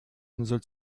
insel